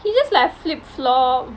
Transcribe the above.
he just like flip flop